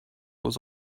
was